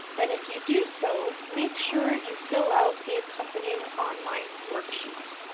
and if you do so make sure you fill out the accompanying online worksheet.